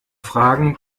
fragen